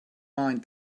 mind